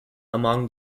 among